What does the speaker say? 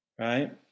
right